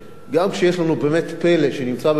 גם כשיש לנו באמת פלא שנמצא במדינת ישראל,